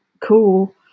cool